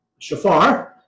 Shafar